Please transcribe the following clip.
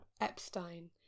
Epstein